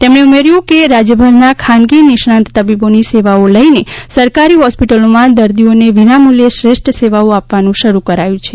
તેમણે ઉમેર્યું કે રાજય ભરના ખાનગી નિષ્ણાંત તબિબોની સેવાઓ લઇને સરકારી હોસ્પિટલોમાં દર્દીઓને વિનામૂલ્યે શ્રેષ્ઠ સેવાઓ આપવાનું શરૂ કરાયું છે